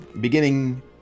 beginning